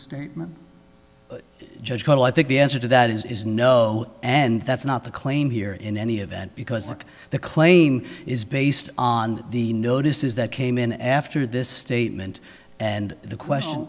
misstatement judge total i think the answer to that is no and that's not the claim here in any event because look the claim is based on the notices that came in after this statement and the question